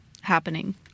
happening